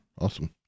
Awesome